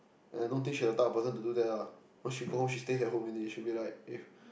and I don't think she the type of person to do that lah once she go home she stays at home already she'll be like eh